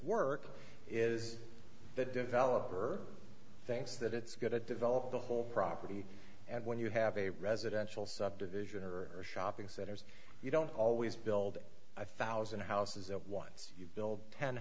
work is the developer thinks that it's going to develop the whole property and when you have a residential subdivision or shopping centers you don't always build a thousand houses that once you build ten